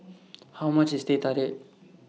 How much IS Teh Tarik